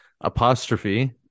apostrophe